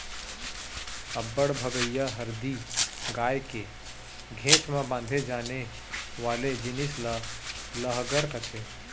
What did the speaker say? अब्बड़ भगइया हरही गाय के घेंच म बांधे जाने वाले जिनिस ल लहँगर कथें